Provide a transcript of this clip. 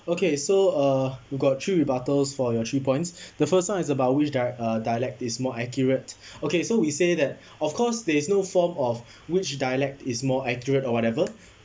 okay so uh got three rebuttals for your three points the first one is about which di~ uh dialect is more accurate okay so we say that of course there is no form of which dialect is more accurate or whatever